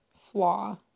flaw